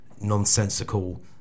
nonsensical